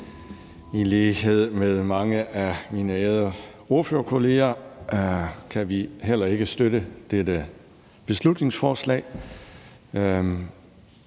I lighed med mange af mine ærede ordførerkolleger kan vi heller ikke støtte dette beslutningsforslag.